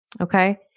Okay